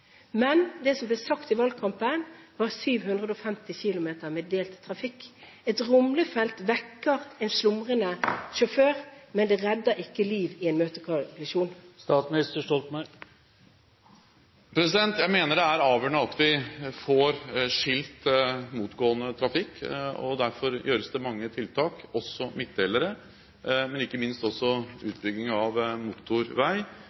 men det som ble sagt i valgkampen, var 750 km med delt trafikk. Et rumlefelt vekker en slumrende sjåfør, men det redder ikke liv i en møtekollisjon. Jeg mener det er avgjørende at vi får skilt motgående trafikk, og derfor gjøres det mange tiltak, også midtdelere, men ikke minst utbygging av motorvei.